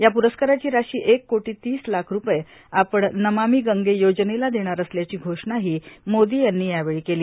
या प्रस्काराची राशी एक कोटी तीस लाख रूपए आपण नमामी गंगे योजनेला देणार असल्याची घोषणाही मोदी यांनी यावेळी केली